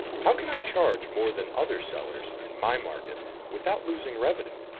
how can i charge more than other sellers in my market without losing revenue?